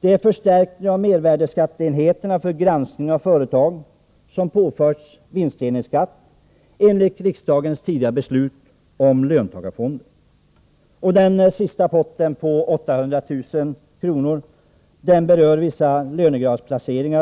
Vidare handlar det om en förstärkning av mervärdeskatteenheterna för granskning av företag som påförts vinstdelningsskatt enligt riksdagens tidigare beslut om löntagarfonder. Den sista potten på 800 000 kr. berör vissa lönegradsplaceringar.